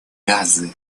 газы